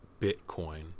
Bitcoin